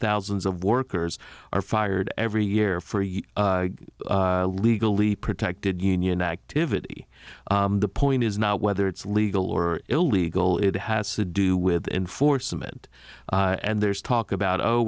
thousands of workers are fired every year for you legally protected union activity the point is not whether it's legal or illegal it has to do with enforcement and there's talk about oh